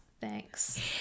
Thanks